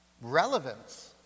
relevance